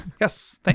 Yes